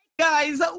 Guys